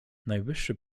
najwyższy